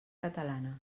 catalana